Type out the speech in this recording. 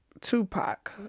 Tupac